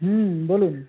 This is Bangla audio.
হুম বলুন